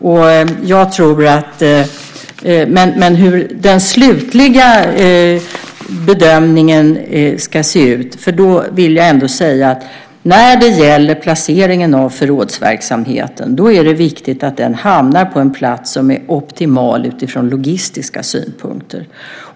Men när det gäller den slutliga bedömningen vill jag ändå säga om placeringen av förrådsverksamheten att det är viktigt att den hamnar på en plats som är optimal utifrån logistiska synpunkter.